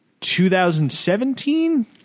2017